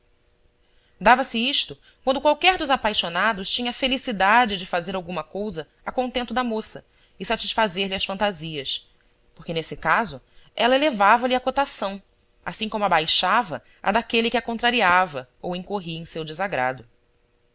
dava-se isto quando qualquer dos apaixonados tinha a felicidade de fazer alguma cousa a contento da moça e satisfazer lhe as fantasias porque nesse caso ela elevava lhe a cotação assim como abaixava a daquele que a contrariava ou incorria em seu desagrado